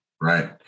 Right